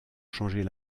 changer